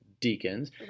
deacons